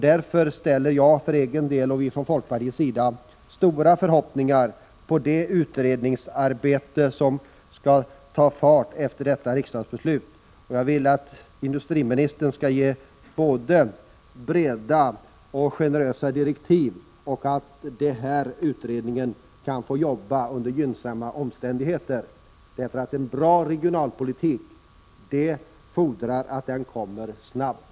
Därför ställer jag och folkpartiet stora förhoppningar på det utredningsarbete som skall ta fart efter detta riksdagsbeslut. Jag vill att industriministern SS Prot. 1986/87:128 skall ge både breda och generösa direktiv och att denna utredning får jobba under gynnsamma omständigheter. En bra regionalpolitik fordrar att utredningen kommer i gång snart.